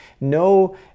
No